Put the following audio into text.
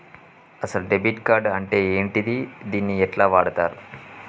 అసలు debit card అంటే ఏంటిది? దీన్ని ఎట్ల వాడుతరు?